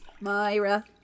Myra